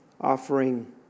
offering